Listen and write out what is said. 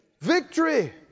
Victory